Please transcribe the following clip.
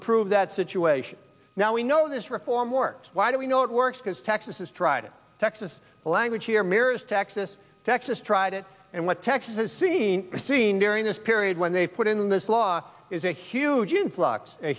improve that situation now we know this reform works why do we know it works because texas is tried it texas language here mirrors texas texas tried it and what texas has seen seen during this period when they put in this law is a huge influx a